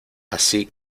así